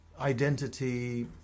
identity